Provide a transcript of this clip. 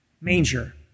manger